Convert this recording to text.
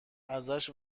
ازش